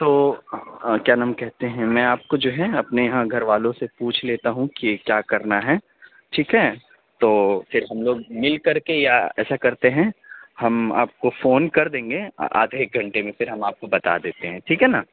تو کیا نام کہتے ہیں میں آپ کو جو ہے اپنے یہاں گھر والوں سے پوچھ لیتا ہوں کہ کیا کرنا ہے ٹھیک ہے تو پھر ہم لوگ مل کر کے یا ایسا کرتے ہیں ہم آپ کو فون کر دیں گے آدھے ایک گھنٹے میں پھر ہم آپ کو بتا دیتے ہیں ٹھیک ہے نا